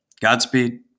Godspeed